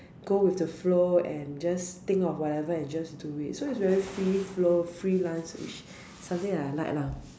go with the flow and just think of whatever and just do it so it's very free flow freelanceish something that I like lah mm